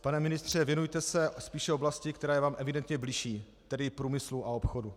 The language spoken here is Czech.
Pane ministře, věnujte se spíše oblasti, která je vám evidentně bližší, tedy průmyslu a obchodu.